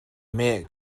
mei